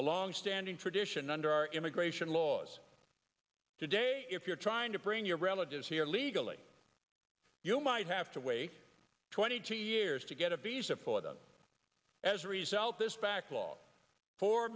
a longstanding tradition under our immigration laws today if you're trying to bring your relatives here legally you might have to wait twenty two years to get a visa for them as a result this backlog four